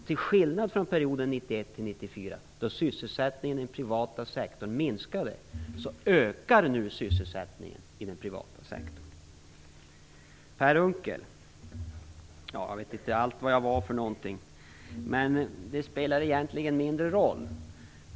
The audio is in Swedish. Den ökar också nu, till skillnad från under perioden 1991 Jag vet inte allt vad jag var, enligt Per Unckel, men det spelar egentligen mindre roll.